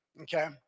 okay